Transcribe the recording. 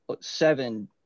seven